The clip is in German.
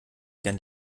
gerne